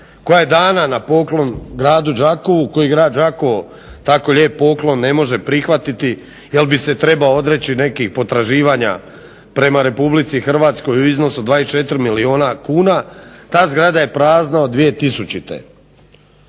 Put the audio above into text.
koja je dana na poklon gradu Đakovu koji grad Đakovo tako lijep poklon ne može prihvatiti jer bi se trebao odreći nekih potraživanja prema RH u iznosu od 24 milijuna kuna, ta zgrada je prazna od 2000.